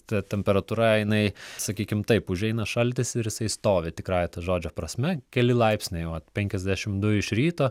ta temperatūra jinai sakykim taip užeina šaltis ir jisai stovi tikrąja to žodžio prasme keli laipsniai vat penkiasdešimt du iš ryto